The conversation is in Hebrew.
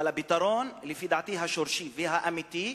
אבל הפתרון, לפי דעתי, השורשי והאמיתי,